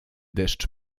deszcz